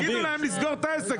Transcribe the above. תגידו להם: תסגרו את העסק.